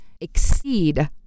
exceed